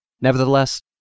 Nevertheless